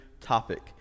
topic